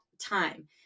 time